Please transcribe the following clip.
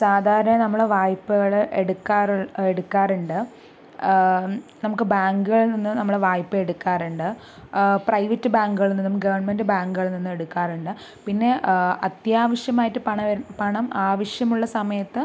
സാധാരണ നമ്മൾ വായ്പകൾ എടുക്കാറ് എടുക്കാറുണ്ട് നമുക്ക് ബാങ്കുകളിൽ നിന്ന് നമ്മൾ വായ്പ എടുക്കാറുണ്ട് പ്രൈവറ്റ് ബാങ്കുകളിൽ നിന്നും ഗവൺമെൻറ് ബാങ്കുകളിൽ നിന്നും എടുക്കാറുണ്ട് പിന്നെ അത്യാവശ്യമായിട്ട് പണം ആവശ്യമുള്ള സമയത്ത്